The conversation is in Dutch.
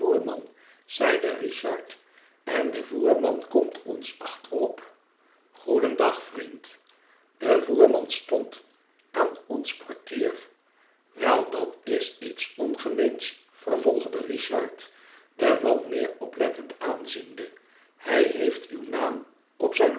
zeide richard en de voerman komt ons achterop goedendag vriend de voerman stond aan ons portier wel dat is iets ongemeens vervolgde richard den man meer oplettend aanziende hij heeft uw naam op zijn